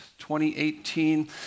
2018